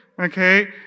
Okay